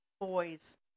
boys